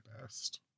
best